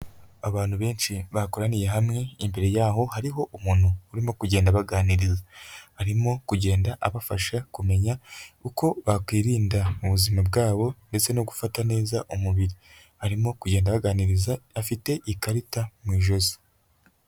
Abantu benshi bakoraniye hamwe imbere yaho hariho umuntu urimo kugenda abaganiriza, arimo kugenda abafasha kumenya uko bakwirinda mu buzima bwabo ndetse no gufata neza umubiri, arimo kugenda abaganiriza afite ikarita mu ijosi.